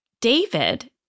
David